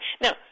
Now